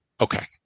Okay